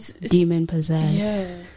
demon-possessed